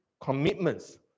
commitments